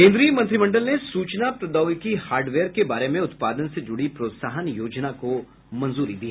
केन्द्रीय मंत्रिमंडल ने सूचना प्रोद्योगिकी हार्डवेयर के बारे में उत्पादन से जुड़ी प्रोत्साहन योजना को भी मंजूरी दी